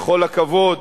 בכל הכבוד,